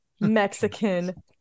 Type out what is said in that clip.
Mexican